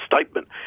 statement